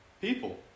people